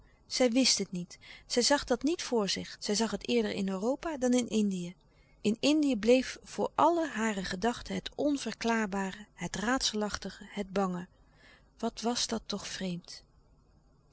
zij wist het niet zij zag dat niet voor zich zij louis couperus de stille kracht zag het eerder in europa dan in indië in indië bleef voor alle hare gedachten het onverklaarbare het raadselachtige het bange wat was dat toch vreemd